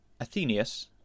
Athenius